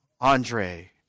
Andre